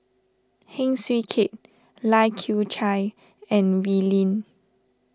Heng Swee Keat Lai Kew Chai and Wee Lin